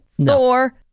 Thor